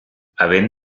havent